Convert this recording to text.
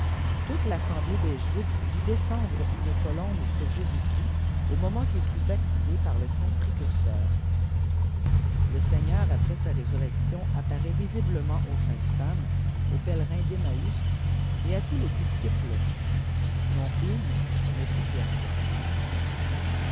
toute l'assemblée des juifs vit descendre une colombe sur jésu christ au momeïit qu'il fut baptisé par le saint précurseur le seigneur après isa résurrection apparaît visiblement aux saintes femmes aux pèlerins d'emmaùs et à tous les disciples non une mais plusieurs fois